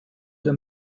the